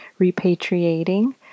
repatriating